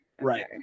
right